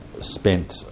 spent